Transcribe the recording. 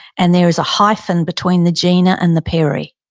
and there is a hyphen between the gina and the perry,